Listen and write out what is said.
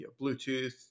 Bluetooth